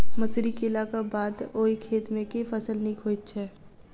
मसूरी केलाक बाद ओई खेत मे केँ फसल नीक होइत छै?